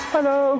Hello